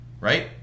Right